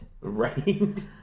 Right